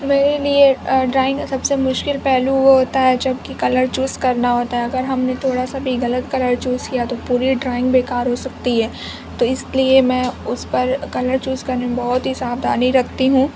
میرے لیے ڈرائنگ سب سے مشکل پہلو وہ ہوتا ہے جب کہ کلر چوز کرنا ہوتا ہے اگر ہم نے تھوڑا سا بھی غلط کلر چوز کیا تو پوری ڈرائنگ بے کار ہوسکتی ہے تو اس لیے میں اس پر کلر چوز کرنے میں بہت ہی ساودھانی رکھتی ہوں